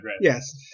Yes